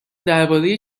درباره